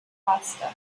faster